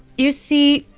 you see,